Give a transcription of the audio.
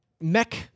mech